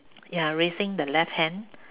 ya raising the left hand